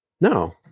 No